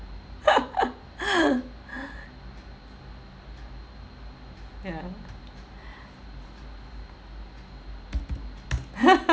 ya